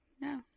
No